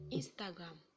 instagram